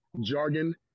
jargon